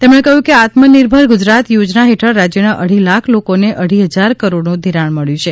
તેમણે કહ્યું કે આત્મનિર્ભર ગુજરાત યોજના હેઠળ રાજ્યના અઢી લાખ લોકોને અઢી હજાર કરોડનું ઘિરાણ મળ્યું છે